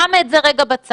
אני שמה את זה רגע בצד.